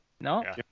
No